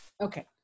Okay